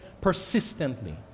persistently